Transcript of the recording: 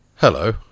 Hello